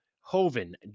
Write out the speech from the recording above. Hoven